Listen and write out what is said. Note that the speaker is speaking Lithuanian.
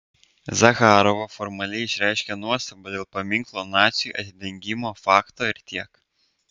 zacharova formaliai išreiškė nuostabą dėl paminklo naciui atidengimo fakto ir tiek